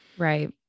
Right